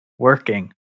working